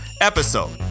Episode